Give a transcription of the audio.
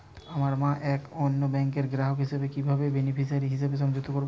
আমার মা একটি অন্য ব্যাংকের গ্রাহক হিসেবে কীভাবে বেনিফিসিয়ারি হিসেবে সংযুক্ত করব?